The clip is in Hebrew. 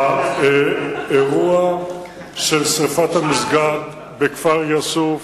האירוע של שרפת המסגד בכפר יאסוף,